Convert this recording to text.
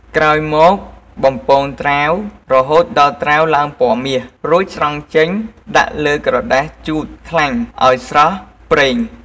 ក្រោយមក បំពងត្រាវ រហូតដល់ត្រាវឡើងពណ៌មាស រួចស្រង់ចេញដាក់លើក្រដាសជូតខ្លាញ់ឱ្យស្រស់ប្រេង។